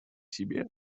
себе